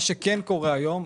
מה שכן קורה היום,